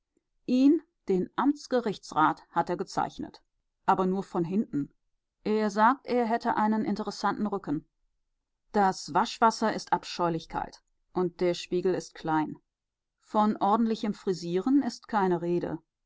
ihn den amtsgerichtsrat hat er gezeichnet aber nur von hinten er sagt er hätte einen interessanten rücken das waschwasser ist abscheulich kalt und der spiegel ist klein von ordentlichem frisieren ist keine rede